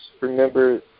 Remember